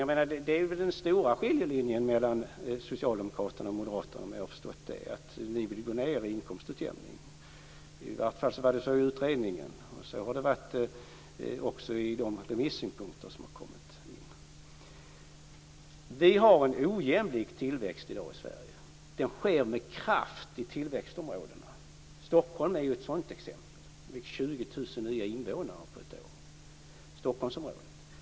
Jag menar att den stora skiljelinjen mellan Socialdemokraterna och Moderaterna är att ni vill gå ned i inkomstutjämning. I vart fall var det så i utredningen. Så har det varit också i de remissynpunkter som har kommit in. Vi har en ojämlik tillväxt i dag i Sverige. Den sker med kraft i tillväxtområdena. Stockholm är ett sådant exempel. Stockholmsområdet fick 20 000 nya invånare på ett år.